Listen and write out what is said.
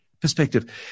perspective